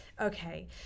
Okay